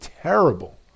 terrible